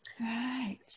Right